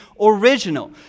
original